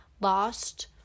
lost